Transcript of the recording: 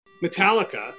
Metallica